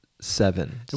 seven